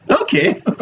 Okay